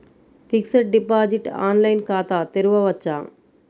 Fixed deposit online ఖాతా తెరువవచ్చా?